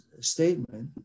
statement